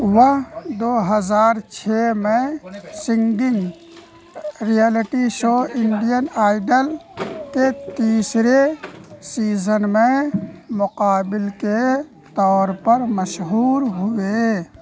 وہ دو ہزار چھ میں singing reality show Indian Idol کے تیسرے سیزن میں مقابل کے طور پر مشہور ہوئے